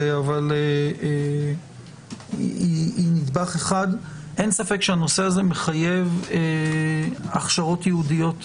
אבל הנושא הזה מחייב הכשרות ייעודיות,